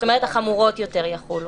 זאת אומרת, החמורות יותר יחולו.